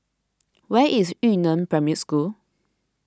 where is Yu Neng Primary School